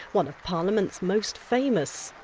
one of parliament's most famous.